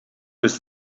was